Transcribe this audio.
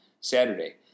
Saturday